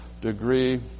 degree